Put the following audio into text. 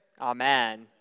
amen